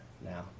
now